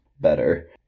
better